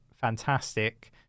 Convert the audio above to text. fantastic